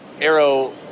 Arrow